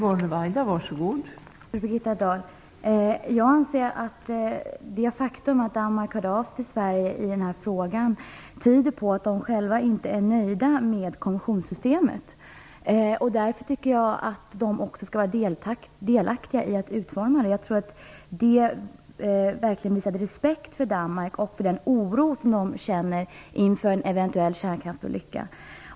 Fru talman! Jag anser att det faktum att Danmark hörde av sig till Sverige i den här frågan tyder på att de själva inte är nöjda med konventionssystemet. Därför tycker jag att danskarna också skall vara delaktiga i att utforma systemet. Det vore verkligen att visa respekt för Danmark och för den oro som man där känner inför en eventuell kärnkraftsolycka.